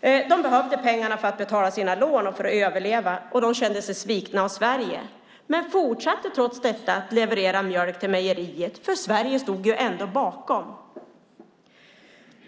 De behövde pengarna för att betala sina lån och för att överleva. De kände sig svikna av Sverige men fortsatte trots detta att leverera mjölk till mejeriet eftersom Sverige ändå stod bakom.